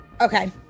okay